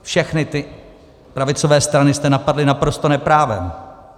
Všechny ty pravicové strany jste napadli naprosto neprávem.